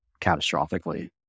catastrophically